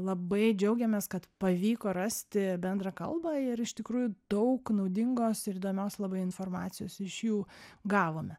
labai džiaugiamės kad pavyko rasti bendrą kalbą ir iš tikrųjų daug naudingos ir įdomios labai informacijos iš jų gavome